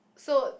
so